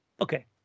Okay